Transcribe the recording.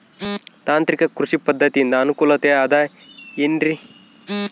ತಾಂತ್ರಿಕ ಕೃಷಿ ಪದ್ಧತಿಯಿಂದ ಅನುಕೂಲತೆ ಅದ ಏನ್ರಿ?